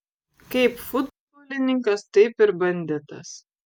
kaip futbolininkas taip ir banditas